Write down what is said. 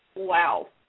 Wow